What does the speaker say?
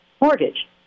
mortgage